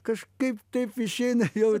kažkaip taip išeina jau